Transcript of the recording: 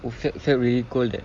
who felt felt very cold that